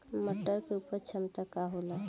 मटर के उपज क्षमता का होला?